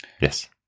Yes